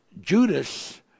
Judas